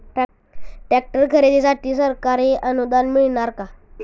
Tractor खरेदीसाठी सरकारी अनुदान मिळणार का?